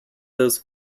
those